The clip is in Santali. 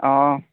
ᱚᱻ